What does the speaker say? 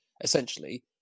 essentially